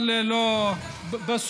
אבל לא, אנחנו דנים על זה בוועדה שלך.